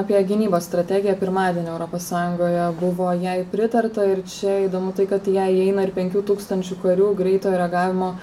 apie gynybos strategiją pirmadienį europos sąjungoje buvo jai pritarta ir čia įdomu tai kad į ją įeina ir penkių tūkstančių karių greitojo reagavimo